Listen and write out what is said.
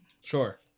sure